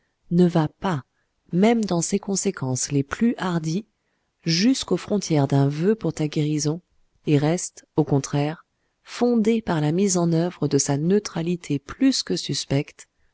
ne va pas même dans ses conséquences les plus hardies jusqu'aux frontières d'un voeu pour ta guérison et reste au contraire fondée par la mise en oeuvre de sa neutralité plus que suspecte